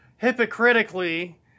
hypocritically